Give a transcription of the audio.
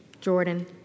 Jordan